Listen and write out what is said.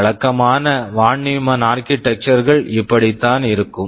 வழக்கமான von Neumann Von Neumann architecture architecture கள் இப்படித்தான் இருக்கும்